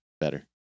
better